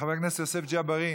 חבר הכנסת יוסף ג'בארין,